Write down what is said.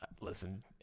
Listen